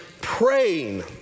praying